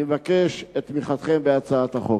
אני מבקש את תמיכתכם בהצעת החוק.